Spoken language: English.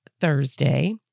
Thursday